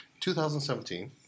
2017